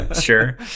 sure